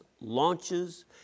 Launches